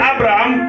Abraham